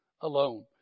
alone